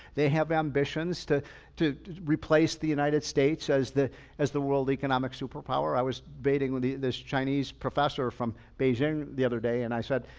they have ambitions to to replace the united states as the as the world economic superpower. i was baiting with this chinese professor from beijing the other day and i said,